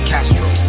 Castro